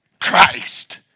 Christ